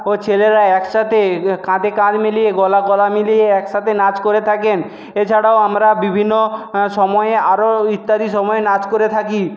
ও ছেলেরা একসাথে কাঁধে কাঁধ মিলিয়ে গলা গলা মিলিয়ে একসাথে নাচ করে থাকেন এছাড়াও আমরা বিভিন্ন সময়ে আরো ইত্যাদি সময়ে নাচ করে থাকি